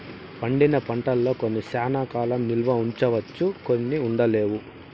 పండిన పంటల్లో కొన్ని శ్యానా కాలం నిల్వ ఉంచవచ్చు కొన్ని ఉండలేవు